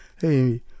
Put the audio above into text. hey